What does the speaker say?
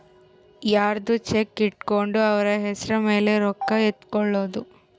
ಯರ್ದೊ ಚೆಕ್ ಇಟ್ಕೊಂಡು ಅವ್ರ ಹೆಸ್ರ್ ಮೇಲೆ ರೊಕ್ಕ ಎತ್ಕೊಳೋದು